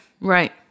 Right